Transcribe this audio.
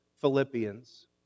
Philippians